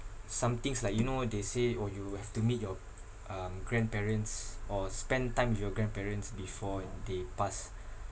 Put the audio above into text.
some things like you know they say orh you have to meet your um grandparents or spend time with your grandparents before they pass